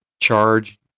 charge